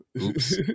oops